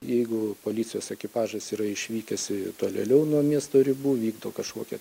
jeigu policijos ekipažas yra išvykęs į tolėliau nuo miesto ribų vykdo kažkokią